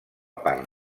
part